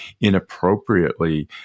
inappropriately